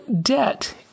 debt